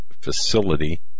facility